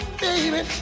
baby